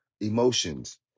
emotions